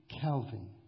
Calvin